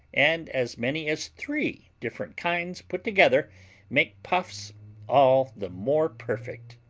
and as many as three different kinds put together make puffs all the more perfect.